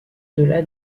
delà